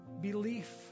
Belief